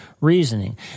reasoning